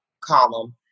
column